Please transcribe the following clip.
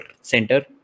center